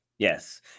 Yes